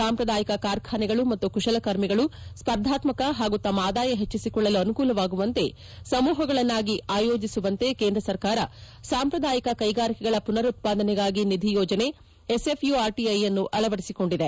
ಸಾಂಪ್ರದಾಯಿಕ ಕಾರ್ಖಾನೆಗಳು ಮತ್ತು ಕುಶಲಕರ್ಮಿಗಳು ಸ್ಪರ್ಧಾತ್ಪಕ ಹಾಗೂ ತಮ್ಮ ಆದಾಯ ಪೆಜ್ಜಿಸಿಕೊಳ್ಳಲು ಅನುಕೂಲವಾಗುವಂತೆ ಸಮೂಹಗಳನ್ನಾಗಿ ಆಯೋಜಿಸುವಂತೆ ಕೇಂದ್ರ ಸರ್ಕಾರ ಸಾಂಪ್ರದಾಯಿಕ ಕೈಗಾರಿಕೆಗಳ ಮನುರುತ್ತಾದನೆಗಾಗಿ ನಿಧಿ ಯೋಜನೆ ಎಸ್ಎಫ್ಯುಆರ್ಟಿಐಯನ್ನು ಅಳವಡಿಸಿಕೊಂಡಿದೆ